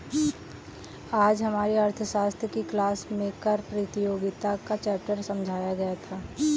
आज हमारी अर्थशास्त्र की क्लास में कर प्रतियोगिता का चैप्टर समझाया गया था